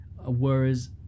whereas